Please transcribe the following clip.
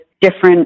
different